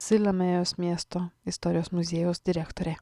siliamėjos miesto istorijos muziejaus direktorė